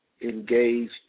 engage